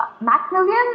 Macmillan